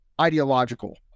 ideological